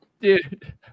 dude